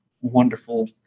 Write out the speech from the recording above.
wonderful